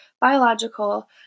biological